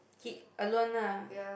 he alone lah